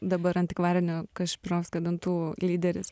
dabar antikvarinių kašpirovskio dantų lyderis